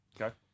Okay